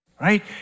right